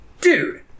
dude